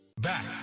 Back